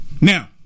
Now